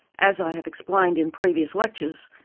as i have explained in previous lectures,